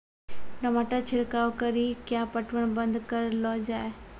टमाटर छिड़काव कड़ी क्या पटवन बंद करऽ लो जाए?